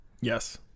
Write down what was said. Yes